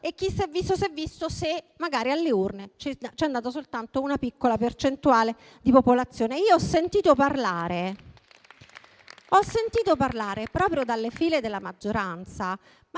e chi s'è visto s'è visto, se magari alle urne ci è andata soltanto una piccola percentuale di popolazione. Io ho sentito parlare proprio dalle file della maggioranza